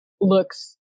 looks